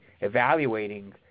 evaluating